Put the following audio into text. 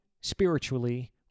spiritually